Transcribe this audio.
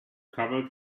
covered